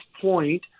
point